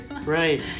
right